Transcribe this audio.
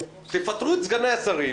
תפטרו את סגני השרים,